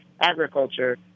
agriculture